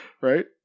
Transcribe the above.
Right